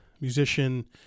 Musician